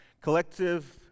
Collective